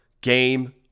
Game